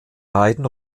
beiden